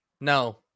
no